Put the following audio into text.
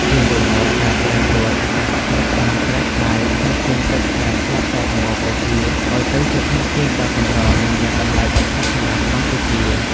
ជារួមមក ការប្រែប្រួលអាកាសធាតុបានប្រែក្លាយធនធានទឹកដែលធ្លាប់តែសំបូរហូរហៀរ ឱ្យទៅជាធនធានដ៏កម្រ និងមានតម្លៃបំផុតសម្រាប់កម្ពុជា។